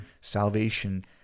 salvation